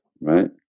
right